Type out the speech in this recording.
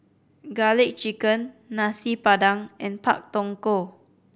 Garlic Chicken Nasi Padang and Pak Thong Ko